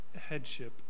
headship